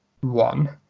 one